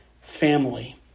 family